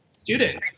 Student